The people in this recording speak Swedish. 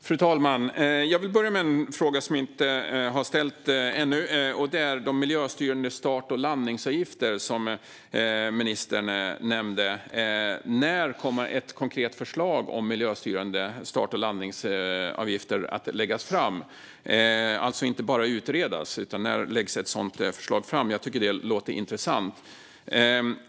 Fru talman! Jag vill börja med en fråga som jag inte har ställt ännu. Det gäller de miljöstyrande start och landningsavgifter som ministern nämnde. När kommer ett konkret förslag om miljöstyrande start och landningsavgifter att läggas fram - alltså inte bara utredas? Jag tycker att det låter intressant.